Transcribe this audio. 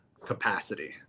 capacity